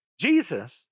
Jesus